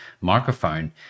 microphone